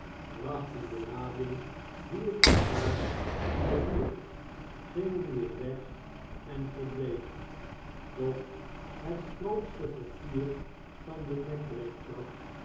brachten de lading hier of daar in de buurt gingen weer weg en verdwenen doch het grootste vertier van de nekbreektrap